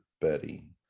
betty